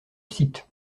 site